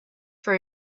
for